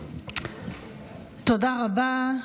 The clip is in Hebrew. תודה רבה.